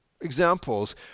Examples